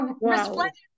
resplendent